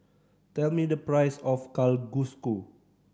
tell me the price of Kalguksu